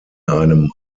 einem